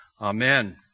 Amen